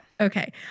Okay